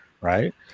right